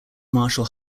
marshall